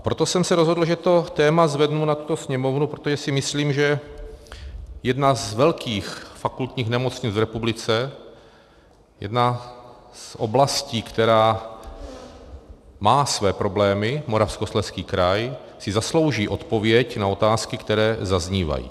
Proto jsem se rozhodl, že to téma zvednu na tuto sněmovnu, protože si myslím, že jedna z velkých fakultních nemocnic v republice, jedna z oblastí, která má své problémy, Moravskoslezský kraj, si zaslouží odpověď na otázky, které zaznívají.